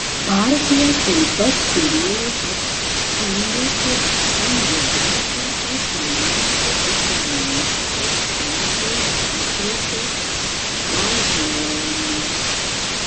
partija taip pat turėjo pasiūlyti kandidatą į finansų viceministrus vietoj vytauto galvono